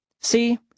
See